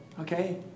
Okay